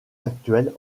actuelles